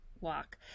walk